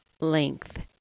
length